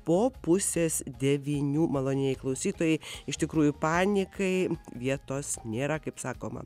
po pusės devynių malonieji klausytojai iš tikrųjų panikai vietos nėra kaip sakoma